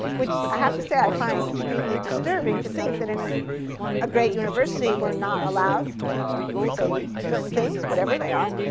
which i have to say i find extremely disturbing to think that in a great university we're not allowed to say certain things, whatever they are.